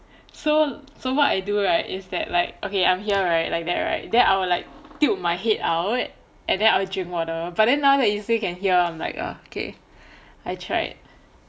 so so what I do right is that like okay I'm here right like that right then I will like tilt my head out and then I will drink water but now that you say can hear I'm like ah K I tried